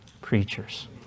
preachers